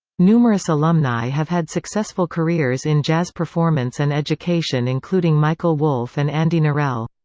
numerous alumni have had successful careers in jazz performance and education including michael wolff and andy narell.